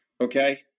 okay